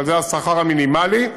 אבל זה השכר המינימלי,